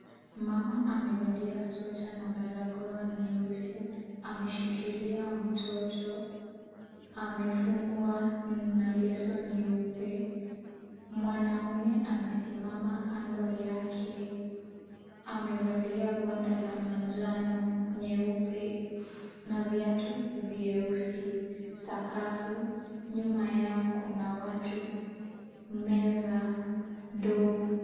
Mama amevalia sweta na barakoa nyeusi, ameshikilia mtoto, amefungwa na leso nyeupe. Mwanaume amesimama kando yake, amevalia gwanda la manjano nyeupe na viatu vyeusi. Sakafu, nyuma yao kuna watu, meza ndogo.